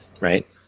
right